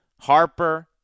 Harper